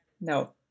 no